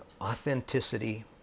authenticity